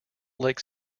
lake